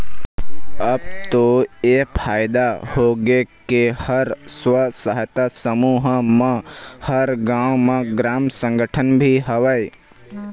अब तो ऐ फायदा होगे के हर स्व सहायता समूह म हर गाँव म ग्राम संगठन भी हवय